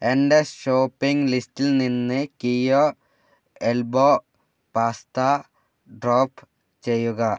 എന്റെ ഷോപ്പിംഗ് ലിസ്റ്റിൽ നിന്ന് കെയ എൽബോ പാസ്ത ഡ്രോപ്പ് ചെയ്യുക